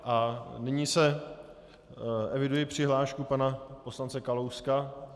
A nyní eviduji přihlášku pana poslance Kalouska.